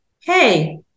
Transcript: Hey